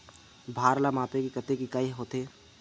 भार ला मापे के कतेक इकाई होथे?